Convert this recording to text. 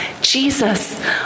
Jesus